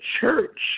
church